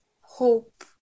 hope